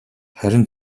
харин